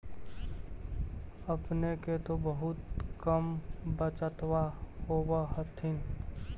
अपने के तो बहुते कम बचतबा होब होथिं?